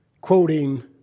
quoting